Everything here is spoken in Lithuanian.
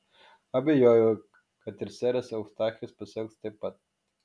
abejojau kad ir seras eustachijus pasielgs taip pat